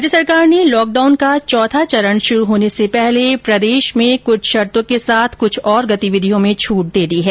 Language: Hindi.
राज्य सरकार ने लॉकडाउन का चौथा चरण शुरू होने से पहले प्रदेश में कुछ शर्तो के साथ और गतिविधियों में छूट दे दी है